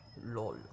Lol